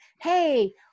hey